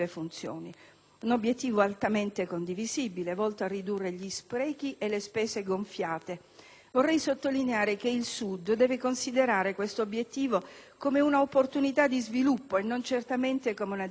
un obiettivo altamente condivisibile, volto a ridurre gli sprechi e le spese gonfiate. Vorrei sottolineare che il Sud deve considerare tale obiettivo come una opportunità di sviluppo e non certamente come una *deminutio*.